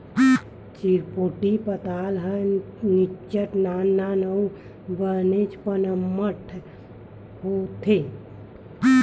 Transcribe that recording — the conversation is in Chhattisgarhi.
चिरपोटी पताल ह निच्चट नान नान अउ बनेचपन अम्मटहा होथे